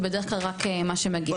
זה בדרך כלל רק מה שמגיע.